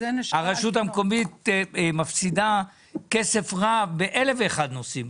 הרשות המקומית מפסידה כסף רב באלף ואחד נושאים,